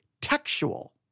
textual